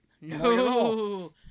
No